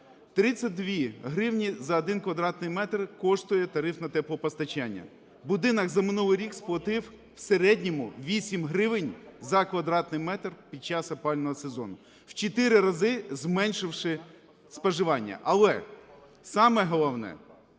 32 гривні за один квадратний метр коштує тариф на теплопостачання. Будинок за минулий рік сплатив в середньому 8 гривень за квадратний метр під час опалювального сезону, в чотири рази зменшивши споживання. Але, саме головне,